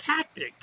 tactic